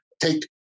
take